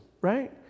right